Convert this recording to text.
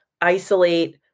isolate